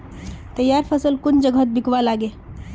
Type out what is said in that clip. तैयार फसल कुन जगहत बिकवा लगे?